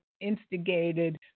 instigated